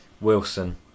Wilson